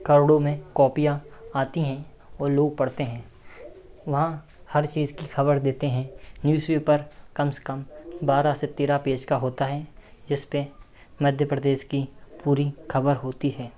करोड़ों में कॉपियाँ आती हैं और लोग पढ़ते हैं वहाँ हर चीज की खबर देते हैं न्यूज़पेपर कम से कम बारह से तेरह पेज का होता है इस पे मध्य प्रदेश की पूरी खबर होती है